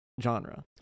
genre